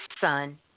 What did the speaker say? son